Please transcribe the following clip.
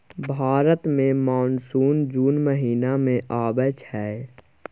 भारत मे मानसून जुन महीना मे आबय छै